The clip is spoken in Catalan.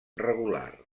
regular